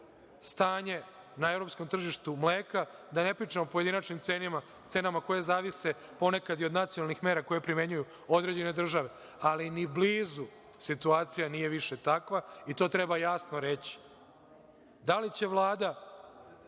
stanje na evropskom tržištu mleka, da ne pričamo o pojedinačnim cenama koje zavise ponekad i od nacionalnih mera koje primenjuju određene države, ali ni blizu situacija nije više takva, i to treba jasno reći. Da li će Vlada